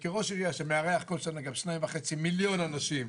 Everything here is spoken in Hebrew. שכראש עירייה שמארח כל שנה 2.5 מיליון אנשים,